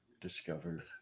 discovered